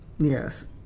yes